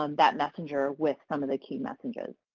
um that messenger with some of the key messages.